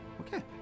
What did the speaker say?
Okay